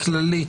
החובה הכללית,